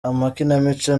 amakinamico